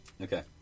okay